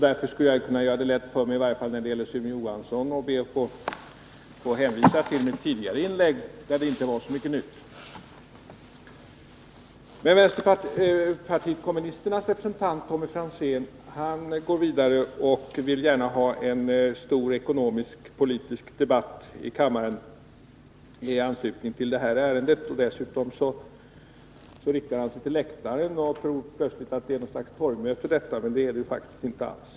Därför skulle jag kunna göra det lätt för mig i varje fall när det gäller Sune Johansson och be att få hänvisa till mitt tidigare inlägg, där det inte var så mycket nytt. Men vänsterpartiet kommunisternas representant, Tommy Franzén, går vidare och vill gärna ha en stor ekonomisk-politisk debatt i kammaren i anslutning till det här ärendet. Dessutom riktar han sig till läktaren och tycks plötsligt tro att detta är något slags torgmöte — men det är det faktiskt inte alls.